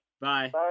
Bye